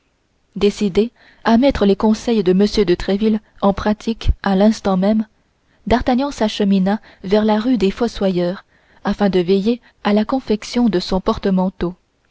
décidé à mettre les conseils de m de tréville en pratique à l'instant même d'artagnan s'achemina vers la rue des fossoyeurs afin de veiller à la confection de son portemanteau